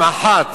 הם אחד.